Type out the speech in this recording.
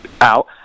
out